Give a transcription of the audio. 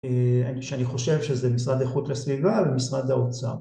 שאני חושב שזה משרד איכות הסביבה ומשרד האוצר